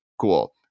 cool